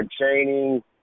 training